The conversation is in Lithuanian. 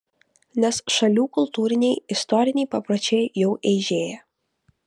nes šalių kultūriniai istoriniai papročiai jau eižėja